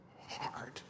hard